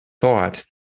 thought